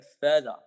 further